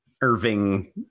Irving